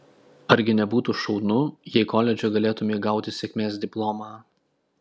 argi nebūtų šaunu jei koledže galėtumei gauti sėkmės diplomą